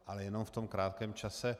Ale jenom v tom krátkém čase.